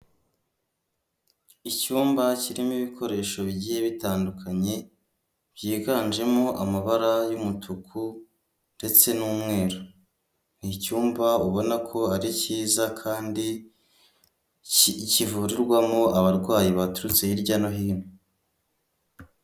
Icyumba kirimo ibikoresho bigiye bitandukanye byiganjemo amabara y'umutuku ndetse n'umweru, ni icyumba ubona ko ari cyiza kandi kivurirwamo abarwayi baturutse hirya no hino.